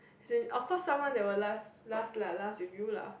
as in of course someone there will last last lah last with you lah